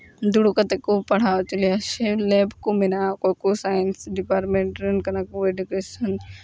ᱫᱩᱲᱩᱵ ᱠᱟᱛᱮᱜ ᱠᱚ ᱯᱟᱲᱦᱟᱣ ᱦᱚᱪᱚ ᱞᱮᱭᱟ ᱥᱮ ᱞᱮᱵᱽ ᱠᱚ ᱢᱮᱱᱟᱜᱼᱟ ᱚᱠᱚᱭ ᱠᱚ ᱥᱟᱭᱮᱱᱥ ᱰᱤᱯᱟᱨᱢᱮᱱᱴ ᱨᱮᱱ ᱠᱟᱱᱟ ᱠᱚ ᱮᱰᱩᱠᱮᱥᱮᱱ